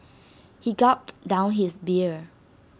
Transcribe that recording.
he gulped down his beer